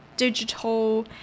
digital